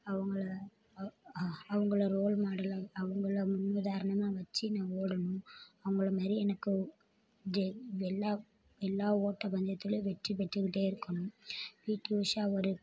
அவங்கள அவங்கள ரோல் மாடலாக அவங்கள முன் உதாரணமாக வச்சு நான் ஓடணும் அவங்கள மாதிரி எனக்கு எல்லா எல்லா ஒட்டப்பந்தயத்துலேயும் வெற்றி பெற்றுக்கிட்டே இருக்கணும் பீடி உஷா ஒரு